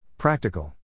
Practical